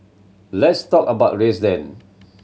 let's talk about race then